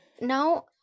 now